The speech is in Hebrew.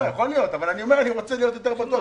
יכול להיות, אבל אני רוצה להיות יותר בטוח.